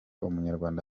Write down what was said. umunyarwanda